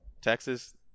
Texas